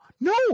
No